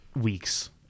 weeks